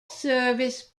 service